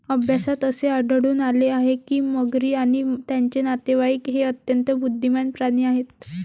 अभ्यासात असे आढळून आले आहे की मगरी आणि त्यांचे नातेवाईक हे अत्यंत बुद्धिमान प्राणी आहेत